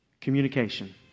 Communication